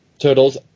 Turtles